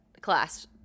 class